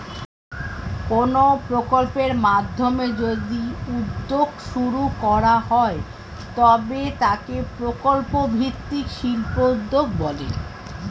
কোনো প্রকল্পের মাধ্যমে যদি উদ্যোগ শুরু করা হয় তবে তাকে প্রকল্প ভিত্তিক শিল্পোদ্যোগ বলে